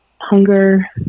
hunger